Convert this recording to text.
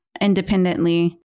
independently